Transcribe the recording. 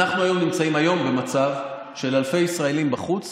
אנחנו נמצאים היום במצב שאלפי ישראלים בחוץ